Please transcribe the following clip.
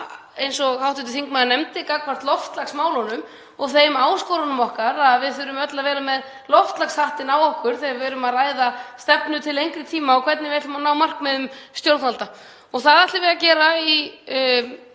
eins og hv. þingmaður nefndi gagnvart loftslagsmálum og þeim áskorunum okkar. Við þurfum öll að vera með loftslagshattinn á okkur þegar við erum að ræða stefnu til lengri tíma og hvernig við ætlum að ná markmiðum stjórnvalda. Það ætlum við að gera í